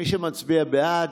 מי שמצביע בעד,